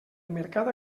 mercat